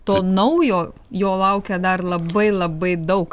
to naujo jo laukia dar labai labai daug